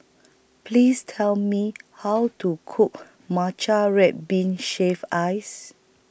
Please Tell Me How to Cook Matcha Red Bean Shaved Ice